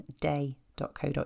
day.co.uk